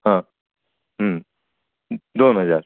हां हम्म दोन हजार